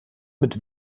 mit